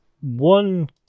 One